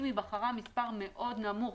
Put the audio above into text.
אם היא בחרה במספר נמוך מאוד,